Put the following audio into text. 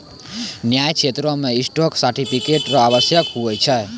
न्याय क्षेत्रो मे स्टॉक सर्टिफिकेट र आवश्यकता होय छै